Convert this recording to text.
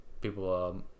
people